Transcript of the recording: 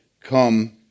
Come